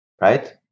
Right